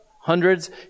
hundreds